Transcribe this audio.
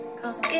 cause